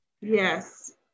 yes